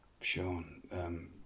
Sean